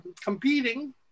competing